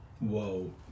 Whoa